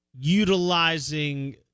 utilizing